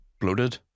bloated